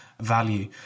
value